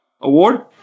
award